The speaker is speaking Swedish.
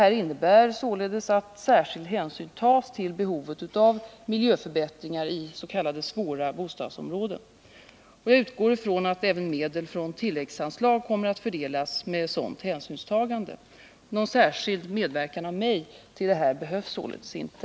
Detta innebär således att särskild hänsyn tas till behovet av miljöförbättringar i s.k. svåra bostadsområden. Jag utgår från att även medel från tilläggsanslag kommer att fördelas med sådant hänsynstagande. Någon särskild medverkan av mig till detta behövs således inte.